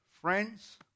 friends